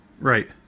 Right